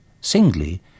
Singly